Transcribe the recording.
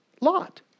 Lot